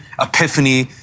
epiphany